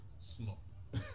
Slop